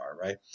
right